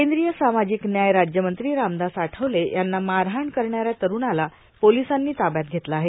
केंद्रीय सामाजिक व्याय राज्यमंत्री रामदास आठवले यांना मारहाण करणाऱ्या तरूणाला पोलिसांनी ताब्यात घेतलं आहे